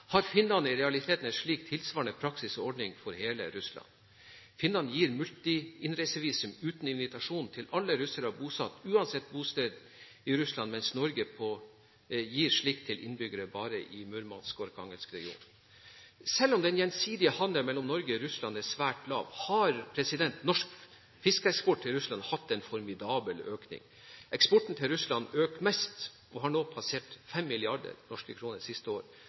har finnene i realiteten en slik tilsvarende praksis og ordning for hele Russland. Finnene gir multi-innreisevisum uten invitasjon til alle russere uansett bosted i Russland, mens Norge gir slikt visum til innbyggere bare i Murmansk- og Arkhangelsk-regionene. Selv om den gjensidige handelen mellom Norge og Russland er svært lav, har norsk fiskeeksport til Russland hatt en formidabel økning. Eksporten til Russland øker mest og har nå passert 5 mrd. norske kroner de siste